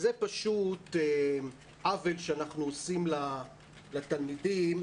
זה פשוט עוול שאנחנו עושים לתלמידים,